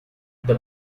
the